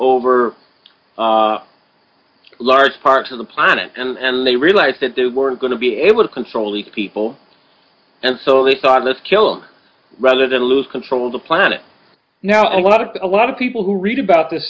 over large parts of the planet and they realize that they weren't going to be able to control the people and so they thought let's kill rather than lose control of the planet now a lot of a lot of people who read about this